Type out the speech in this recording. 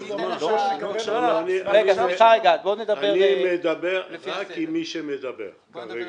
הוא אמר --- אני מדבר רק עם מי שמדבר כרגע,